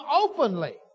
openly